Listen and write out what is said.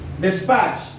Dispatch